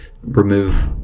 remove